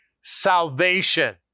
salvation